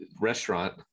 restaurant